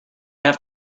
have